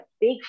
big